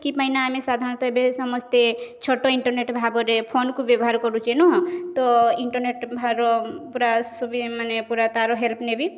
କି ପାଇଁ ନା ଆମେ ସାଧାରଣତଃ ଏବେ ସମସ୍ତେ ଛୋଟ ଇଣ୍ଟରନେଟ୍ ଭାବରେ ଫୋନ୍କୁ ବ୍ୟବହାର କରୁଛେ ନୁହଁ ତ ଇଣ୍ଟରନେଟ୍ ଭାର ପୂରା ମାନେ ତାର ହେଲ୍ପ ନେବି